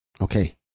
okay